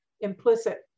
implicit